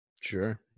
Sure